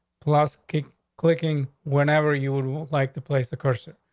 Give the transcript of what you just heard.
plus keep clicking whenever you would like to place the cursor.